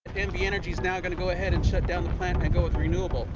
nv energy's now gonna go ahead and shut down the plant and go with renewable.